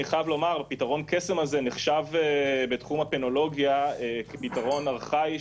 פתרון הקסם הזה נחשב בתחום הפנולוגיה כפתרון ארכאי,